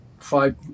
five